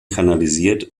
kanalisiert